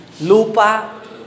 lupa